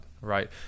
right